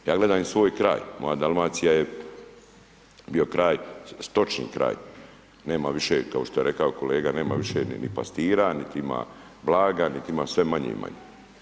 Ja gledam i svoj kraj, moja Dalmacija je bio kraj, stočni kraj, nema više, kao što je rekao kolega, nema više ni pastira, niti ima blaga, niti ima sve manje i manje.